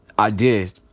i did.